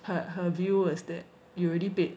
her her view is that you already paid